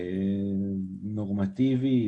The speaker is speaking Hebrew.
נורמטיבי,